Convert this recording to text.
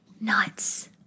Nuts